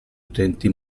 utenti